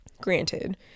Granted